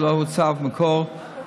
שלא הוצג להן מקור מימון.